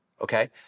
okay